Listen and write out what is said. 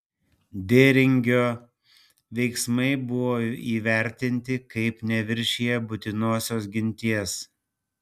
dėringio veiksmai buvo įvertinti kaip neviršiję būtinosios ginties